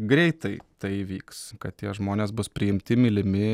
greitai tai įvyks kad tie žmonės bus priimti mylimi